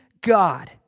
God